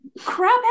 Crap